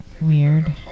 Weird